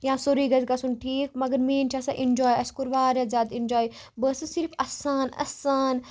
یا سوری گَژھہِ گَژھُن ٹھیک مگر مین چھُ آسان اینجاے اَسہِ کور واریاہ زیادٕ اینجاے بہٕ ٲسس صِرف اَسان اَسان